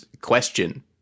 question